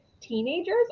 teenagers